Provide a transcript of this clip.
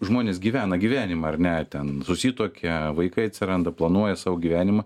žmonės gyvena gyvenimą ar ne ten susituokia vaikai atsiranda planuoja savo gyvenimą